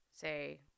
say